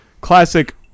Classic